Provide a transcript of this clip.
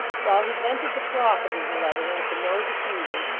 while he vented the froth of his malevolence in those effusions,